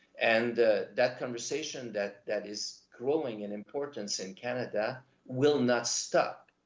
and that conversation that, that is growing in importance in canada will not stop,